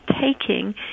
taking